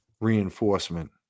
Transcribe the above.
reinforcement